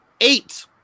eight